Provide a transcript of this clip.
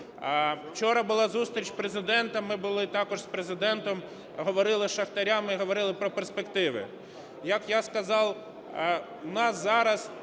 Учора була зустріч у Президента, ми були також з Президентом, говорили з шахтарями і говорили про перспективи. Як я сказав, у нас зараз